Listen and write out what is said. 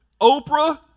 Oprah